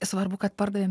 svarbu kad pardavėm